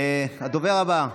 הדובר הבא,